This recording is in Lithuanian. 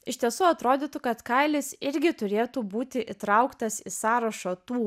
iš tiesų atrodytų kad kailis irgi turėtų būti įtrauktas į sąrašą tų